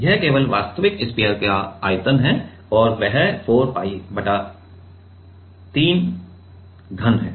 यह केवल वास्तविक स्फीयर का आयतन है और वह 4 pi बटा 3 घन है